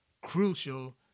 crucial